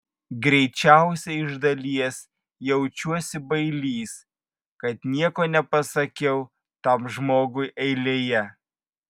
greičiausiai iš dalies jaučiuosi bailys kad nieko nepasakiau tam žmogui eilėje